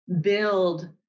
build